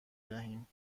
دهیم